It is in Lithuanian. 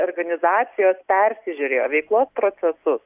organizacijos persižiūrėjo veiklos procesus